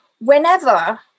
whenever